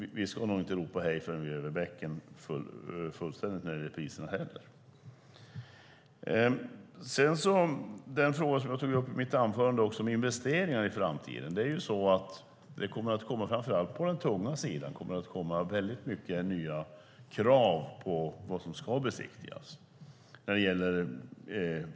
Vi ska nog inte ropa hej förrän vi är över bäcken när det gäller priserna. Sedan vill jag återkomma till frågan om investeringar, som jag tog upp i mitt anförande. Framför allt på den tunga sidan kommer det att komma många nya krav på vad som ska besiktas.